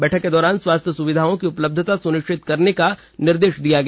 बैठक के दौरान स्वास्थ्य सुविधाओं की उपलब्धता सुनिश्चित करने का निर्देश दिया गया